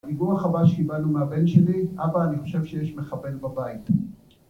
הדיווח הבא שקיבלנו מהבן שלי: אבא, אני חושב שיש מחבל בבית.